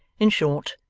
in short,